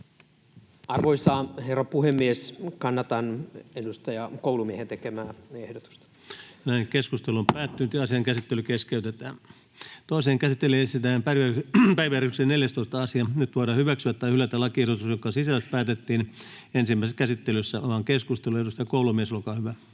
Arvoisa herra puhemies! Kannatan edustaja Koulumiehen tekemää ehdotusta. Toiseen käsittelyyn esitellään päiväjärjestyksen 14. asia. Nyt voidaan hyväksyä tai hylätä lakiehdotus, jonka sisällöstä päätettiin ensimmäisessä käsittelyssä. — Avaan keskustelun. Edustaja Koulumies, olkaa hyvä.